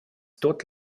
tuot